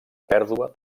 pèrdua